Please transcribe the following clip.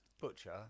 Butcher